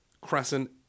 crescent